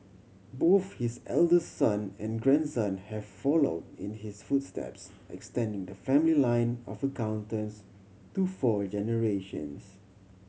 both his eldest son and grandson have follow in his footsteps extending the family line of accountants to four generations